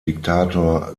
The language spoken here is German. diktator